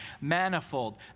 Manifold